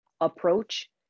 approach